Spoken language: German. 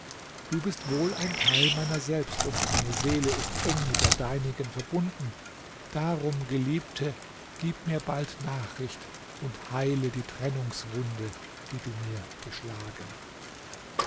du bist wohl ein teil meiner selbst und meine seele ist eng mit der deinigen verbunden darum geliebte gib mir bald nachricht und heile die trennungswunde die du mir geschlagen